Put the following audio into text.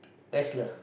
wrestler